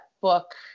book